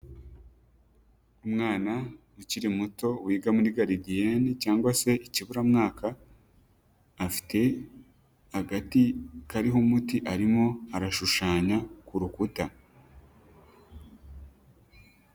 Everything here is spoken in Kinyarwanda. Umwana ukiri muto wiga muri garidiyeni cyangwa se ikiburamwaka, afite agati kariho umuti arimo arashushanya ku rukuta.